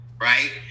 right